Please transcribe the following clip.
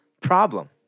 problem